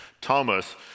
Thomas